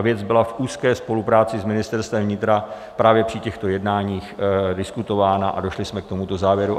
Věc byla v úzké spolupráci s Ministerstvem vnitra právě při těchto jednáních diskutována a došli jsme k tomuto závěru.